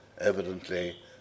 Evidently